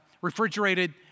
refrigerated